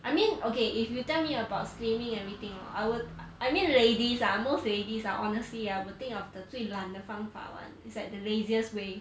I mean okay if you tell me about slimming everything hor I would I mean ladies ah most ladies ah honestly ah would think of the 最懒的方法 [one] it's like the laziest way